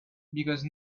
because